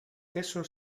queso